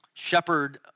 Shepherd